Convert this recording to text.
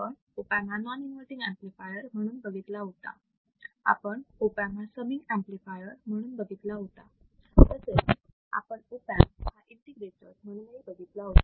आपण op amp हा non inverting amplifier म्हणून बघितला होता आपण ऑप एमप हा समिंग ऍम्प्लिफायर म्हणून बघितला होता तसेच आपण ऑप एमप हा इंटिग्रेटर म्हणूनही बघितला होता